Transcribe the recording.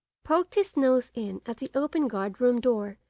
poked his nose in at the open guard-room door,